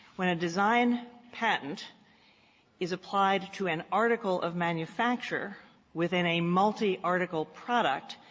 when a design patent is applied to an article of manufacture within a multi-article product,